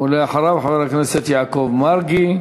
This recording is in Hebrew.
ואחריו, חבר הכנסת יעקב מרגי,